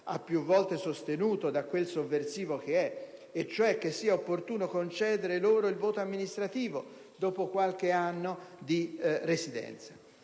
ha più volte sostenuto, da quel sovversivo che è, cioè che sia opportuno concedere loro il voto amministrativo dopo qualche anno di residenza.